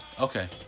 Okay